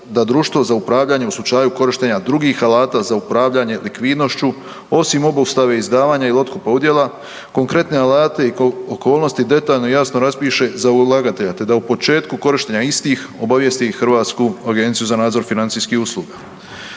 da društvo za upravljanje u slučaju korištenja drugih alata za upravljanje likvidnošću osim obustave izdavanja ili otkupa udjela konkretne alate i okolnosti detaljno jasno raspiše za ulagatelja te da u početku korištenja istih obavijesti i Hrvatsku agenciju za nadzor financijskih usluga.